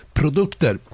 produkter